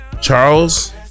Charles